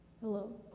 Hello